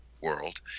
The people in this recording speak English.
world